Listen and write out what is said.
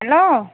hello